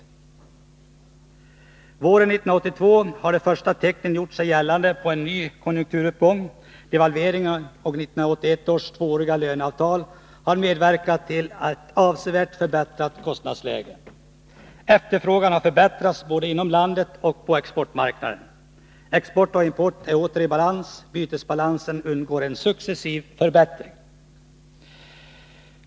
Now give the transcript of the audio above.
Våren 1982 har de första tecknen gjort sig gällande på en ny konjunkturuppgång. Devalveringen och 1981 års tvååriga löneavtal har medverkat till ett avsevärt förbättrat kostnadsläge. Efterfrågan har förbättrats både inom landet och på exportmarknaden. Export och import är åter i balans. Bytesbalansen undergår en successiv förbättring.